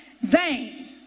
vain